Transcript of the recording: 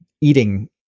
eating